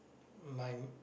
my